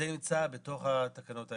זה נמצא בתוך התקנות האלה.